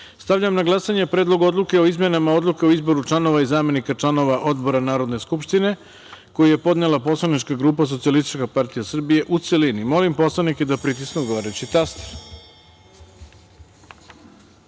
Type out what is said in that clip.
reda. Stavljam na glasanje Predlog odluke o izmenama Odluke o izboru članova i zamenika članova odbora Narodne skupštine, koju je podnela Poslanička grupa Socijalistička partija Srbije, u celini. Molim narodne poslanike da pritisnu odgovarajući